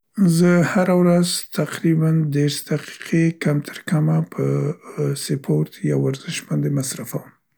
زه هره ورځ تقریباً دیرس دقیقې کم تر کمه په سپورت یا ورزش باندې مصرفوم.